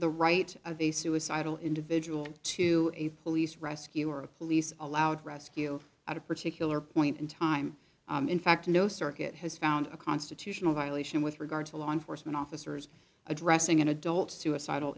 the right of a suicidal individual to a police rescue or a police are allowed rescue at a particular point in time in fact no circuit has found a constitutional violation with regard to law enforcement officers addressing an adult suicidal